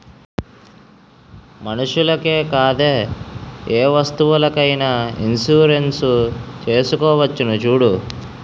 మనుషులకే కాదే ఏ వస్తువులకైన ఇన్సురెన్సు చేసుకోవచ్చును చూడూ